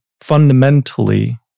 fundamentally